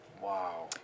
Wow